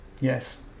yes